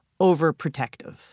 overprotective